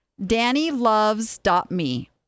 Dannyloves.me